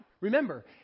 remember